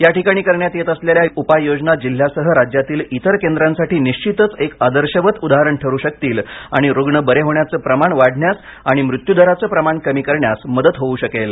या ठिकाणी करण्यात येत असलेल्या उपाययोजना जिल्ह्यासह राज्यातील इतर केंद्रांसाठी निश्चितच एक आदर्शवत उदाहरण ठरू शकतील आणि रुग्ण बरे होण्याचं प्रमाण वाढण्यास आणि मृत्यूदराचे प्रमाण कमी करण्यास मदत होऊ शकेल